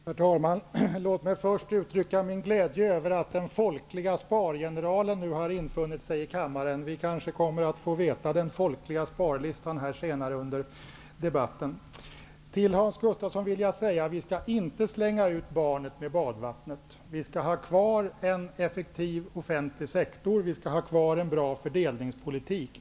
Herr talman! Låt mig först uttrycka min glädje över att den folkliga spargeneralen nu har innfunnit sig i kammaren. Vi kanske kommer att få höra den folkliga sparlistan senare under debatten. Till Hans Gustafsson vill jag säga att vi inte skall kasta ut barnet med badvattnet. Vi skall ha kvar en effektiv offentlig sektor och en bra fördelningspolitik.